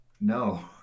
No